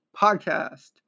podcast